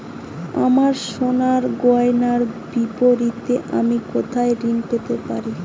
আমার সোনার গয়নার বিপরীতে আমি কোথায় ঋণ পেতে পারি?